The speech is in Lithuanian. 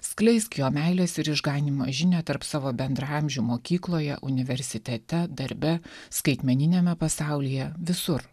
skleisk jo meilės ir išganymo žinią tarp savo bendraamžių mokykloje universitete darbe skaitmeniniame pasaulyje visur